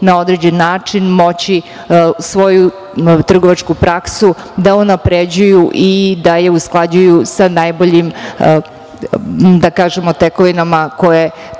na određen način moći svoju trgovačku praksu da unapređuju i da je usklađuju sa najboljim, da kažemo, tekovinama koje